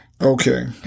Okay